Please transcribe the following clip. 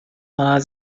war